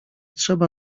trzeba